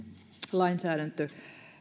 lainsäädäntö